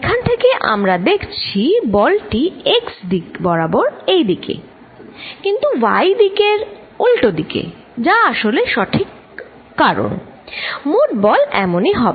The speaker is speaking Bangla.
এখান থেকে আমরা দেখছি বলটি x দিক বরাবর এইদিকে কিন্তু y দিকের উল্টো দিকে যা আসলে সঠিক কারণ মোট বল এমনই হবে